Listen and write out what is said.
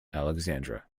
alexandra